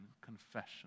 confession